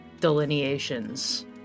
delineations